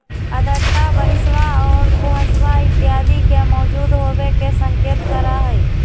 आर्द्रता बरिशवा और कुहसवा इत्यादि के मौजूद होवे के संकेत करा हई